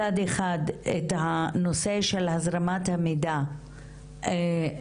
מצד אחד את הנושא של הזרמת המידע בעניין